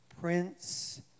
Prince